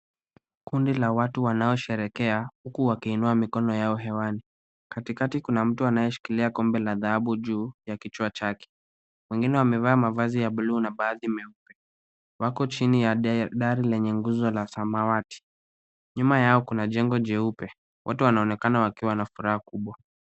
Kundi la watu wanao sherekea huku waki inua mikono yao hewani. Katikati kuna mtu anayeshikilia kombe la dhahabu juu ya kichwa chake. Wengine wamebeba mavazi ya buluu na baadhi meupi. Wako chini ya dari yenye nguzo la samawati, nyuma yao kuna jengo jeupe, watu wanaonekana wakiwa na furaha kubwa.